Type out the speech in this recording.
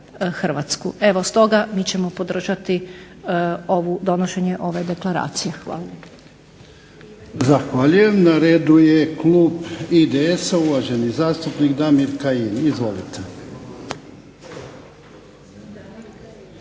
i za RH. Stoga ćemo mi podržati donošenje ove deklaracije. Hvala